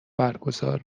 برگزار